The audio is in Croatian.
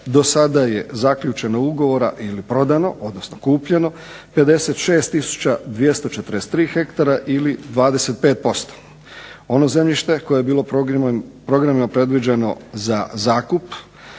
Dosada je zaključeno ugovora ili prodano, odnosno kupljeno 56 tisuća 243 hektara ili 25%. Ono zemljište koje je bilo programima predviđeno za zakup